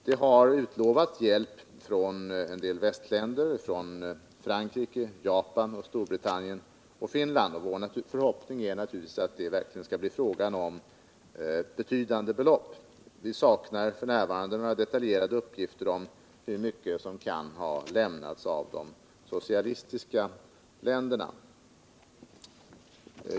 Det har utlovats hjälp från västländerna Frankrike, Japan, Storbritannien och Finland. Vår förhoppning är naturligtvis att det verkligen skall bli fråga om betydande belopp. Vi saknar f. n. detaljerade uppgifter om hur mycket som kan ha lämnats av de socialistiska länderna.